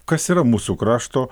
kas yra mūsų krašto